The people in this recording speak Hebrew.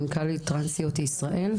מנכ"לית טרנסיות ישראל,